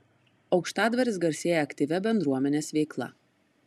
aukštadvaris garsėja aktyvia bendruomenės veikla